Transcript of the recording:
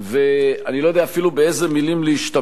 ואני לא יודע אפילו באיזה מלים להשתמש,